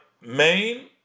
main